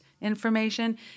information